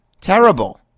Terrible